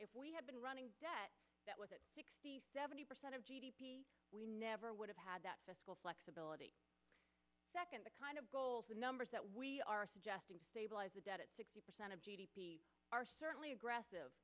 if we had been running debt that was at sixty seventy percent of g d p we never would have had that fiscal flexibility second the kind of goals the numbers that we are suggesting to stabilize the debt at sixty percent of g d p are certainly aggressive